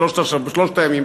בשלושת הימים.